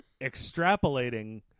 extrapolating